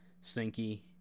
stinky